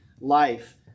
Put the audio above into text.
life